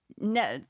no